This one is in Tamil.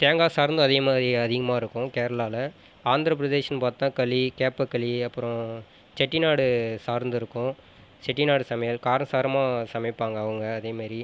தேங்காய் சார்ந்து அதேமாதிரி அதிகமாக இருக்கும் கேரளாவில் ஆந்திரப் பிரதேஷ்னு பார்த்தா களி கேப்பக்களி அப்புறம் செட்டிநாடு சார்ந்து இருக்கும் செட்டிநாடு சமையல் காரசாரமாக சமைப்பாங்க அவங்க அதேமாரி